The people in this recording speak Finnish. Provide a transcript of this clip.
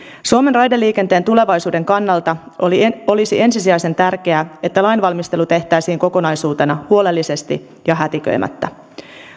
suomen raideliikenteen tulevaisuuden kannalta olisi ensisijaisen tärkeää että lainvalmistelu tehtäisiin kokonaisuutena huolellisesti ja hätiköimättä